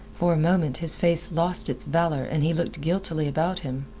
for a moment his face lost its valor and he looked guiltily about him.